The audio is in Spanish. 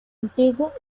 antiguo